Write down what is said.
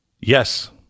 Yes